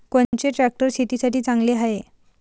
कोनचे ट्रॅक्टर शेतीसाठी चांगले हाये?